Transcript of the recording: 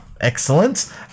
Excellent